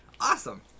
Awesome